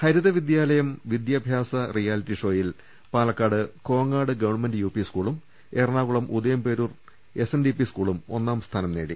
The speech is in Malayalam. ഹരിത വിദ്യാലയം വിദ്യാഭ്യാസ റിയാലിറ്റി ഷോയിൽ പാലക്കാട് കോങ്ങാട് ഗവൺമെന്റ് യുപി സ്കൂളും എറണാകുളം ഉദയംപേരൂർ എസ്എൻഡിപി സ്കൂളും ഒന്നാം സ്ഥാനം നേടി